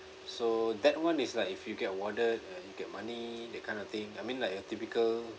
so that [one] is like if you get warded uh you get money that kind of thing I mean like a typical